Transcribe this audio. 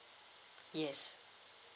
yes